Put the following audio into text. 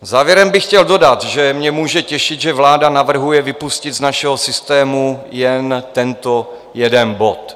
Závěrem bych chtěl dodat, že mě může těšit, že vláda navrhuje vypustit z našeho systému jen tento jeden bod.